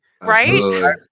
Right